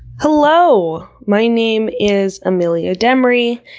hello. my name is amelia demery,